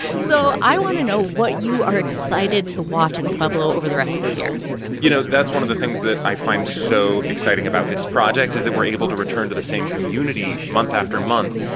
so i want to know what you are excited to watch in pueblo over the rest of this year you know, that's one of the things that i find so exciting about this project is that we're able to return to the same community month after month.